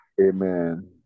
Amen